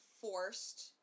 forced